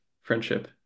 friendship